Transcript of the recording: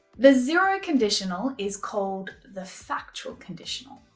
the zero conditional is called the factual conditional.